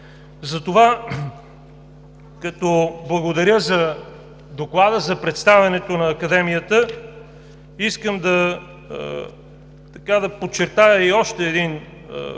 Затова, като благодаря за Доклада за представянето на Академията, искам да подчертая и още един факт,